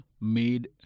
made